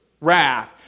Wrath